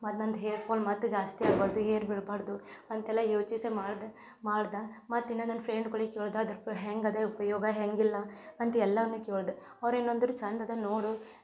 ಮತ್ ನಂದು ಹೇರ್ಫಾಲ್ ಮತ್ತೂ ಜಾಸ್ತಿ ಆಗ್ಬಾರ್ದು ಹೇರ್ ಬೀಳ್ಬಾರ್ದು ಅಂತೆಲ್ಲ ಯೋಚನೆ ಮಾಡಿದೆ ಮಾಡ್ದೆ ಮತ್ತು ಇನ್ನು ನನ್ನ ಫ್ರೆಂಡ್ಗಳಿಗೆ ಕ್ಯೋಳ್ದೆ ಹೆಂಗೆ ಇದೆ ಉಪಯೋಗ ಹೇಗಿಲ್ಲ ಅಂತ ಎಲ್ಲವನ್ನೂ ಕ್ಯೋಳ್ದೆ ಅವ್ರೇನು ಅಂದರು ಚೆಂದ ಇದೆ ನೋಡು